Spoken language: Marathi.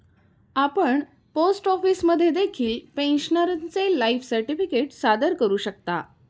आपण पोस्ट ऑफिसमध्ये देखील पेन्शनरचे लाईफ सर्टिफिकेट सादर करू शकता